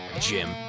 Jim